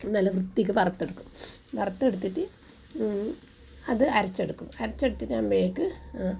നല്ല വൃത്തിക്ക് വറുത്തെടുക്കും വറുത്തെടുത്തിട്ട് അത് അരച്ചെടുക്കും അരച്ചെടുത്തിട്ടാകുമ്പോഴത്തേക്ക്